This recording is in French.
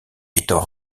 étant